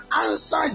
answer